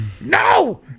no